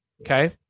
Okay